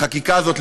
החקיקה הזאת,